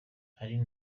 ari